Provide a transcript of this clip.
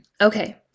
Okay